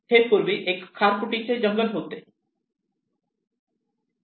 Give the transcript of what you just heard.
हे पूर्वी एक खारफुटीचे जंगल होते